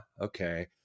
okay